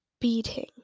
beating